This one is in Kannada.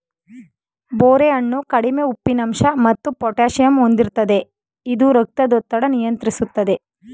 ಬೋರೆ ಹಣ್ಣು ಕಡಿಮೆ ಉಪ್ಪಿನಂಶ ಮತ್ತು ಪೊಟ್ಯಾಸಿಯಮ್ ಹೊಂದಿರ್ತದೆ ಇದು ರಕ್ತದೊತ್ತಡ ನಿಯಂತ್ರಿಸ್ತದೆ